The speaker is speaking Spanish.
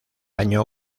año